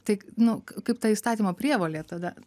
tai nu kaip ta įstatymo prievolė tada